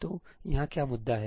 तो यहां क्या मुद्दा है